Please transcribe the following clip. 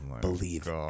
believe